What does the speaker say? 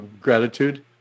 gratitude